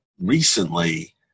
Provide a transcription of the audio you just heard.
recently